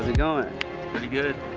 going pretty good.